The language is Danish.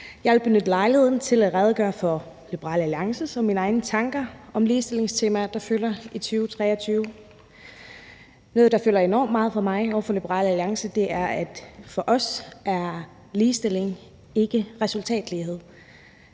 Jeg vil benytte lejligheden til at redegøre for Liberal Alliances og mine egne tanker om ligestillingstemaer, der fylder i 2023. Noget, der fylder enormt meget for mig og for Liberal Alliance er, at for os er ligestilling ikke resultatlighed.